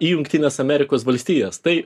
į jungtines amerikos valstijas tai